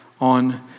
on